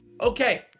Okay